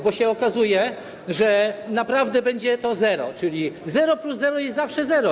Bo się okazuje, że naprawdę będzie to zero, czyli zero plus zero to zawsze zero.